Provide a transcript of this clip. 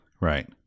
right